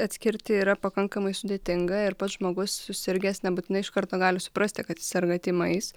atskirti yra pakankamai sudėtinga ir pats žmogus susirgęs nebūtinai iš karto gali suprasti kad serga tymais